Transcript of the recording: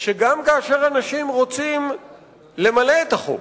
שגם כאשר אנשים רוצים למלא את החוק,